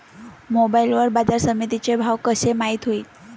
Mobile वर बाजारसमिती चे भाव कशे माईत होईन?